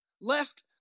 Left